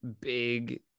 big